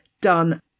done